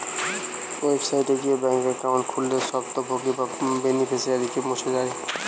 website গিয়ে bank account খুললে স্বত্বভোগী বা বেনিফিশিয়ারিকে মুছ যায়